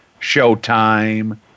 Showtime